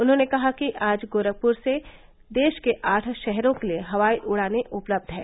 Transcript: उन्होंने कहा कि आज गोरखपुर से देश के आठ शहरों के लिए हवाई उड़ानें उपलब्ध हैं